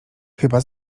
chyba